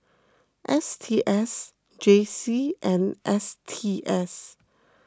S T S J C and S T S